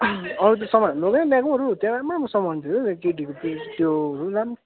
अरू त समानहरू लगेन त्यहाँको अरू त्यहाँ राम्रो राम्रो सामानहरू थियो त केटीहरूको त्यो के नाम